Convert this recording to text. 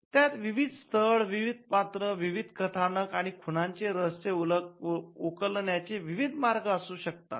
त्यात विविध स्थळ विविध पात्र विविध कथानक आणि खुनाचे रहस्य उकलण्याचे विविध मार्ग असू शकतील